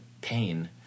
pain